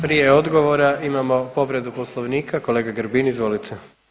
Prije odgovora imamo povredu Poslovnika, kolega Grbin izvolite.